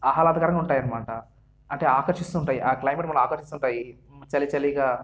ఆహ్లాదకరంగా ఉంటాయనమాట అంటే ఆకర్షిస్తూ ఉంటాయి ఆ క్లైమేట్ మనల్ని ఆకర్షిస్తూ ఉంటాయి చలిచలిగా